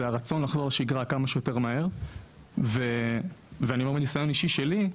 יש רצון לחזור לשגרה כמה שיותר מהר ומניסיון אישי שלי,